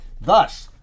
Thus